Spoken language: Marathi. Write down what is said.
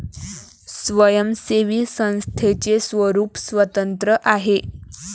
स्वयंसेवी संस्थेचे स्वरूप स्वतंत्र आहे